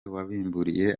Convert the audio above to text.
wabimburiye